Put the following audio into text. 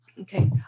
Okay